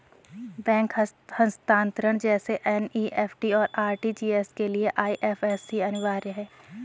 bank हस्तांतरण जैसे NEFT, और आर.टी.जी.एस के लिए आई.एफ.एस.सी अनिवार्य है